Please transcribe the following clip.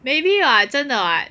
maybe [what] 真的 [what]